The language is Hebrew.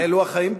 אלו החיים פה.